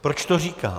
Proč to říkám?